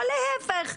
או להיפך.